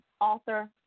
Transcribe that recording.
author